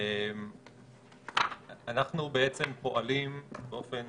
בעצם, אנחנו פועלים, באופן